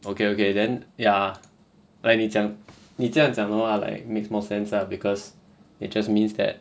okay okay then ya like 你讲你这样讲的话 like makes more sense lah because it just means that